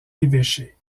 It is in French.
évêché